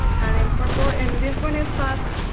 kind of um purple. and this one is fab